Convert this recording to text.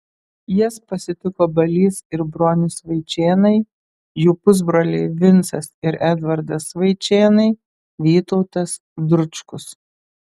jas pasitiko balys ir bronius vaičėnai jų pusbroliai vincas ir edvardas vaičėnai vytautas dručkus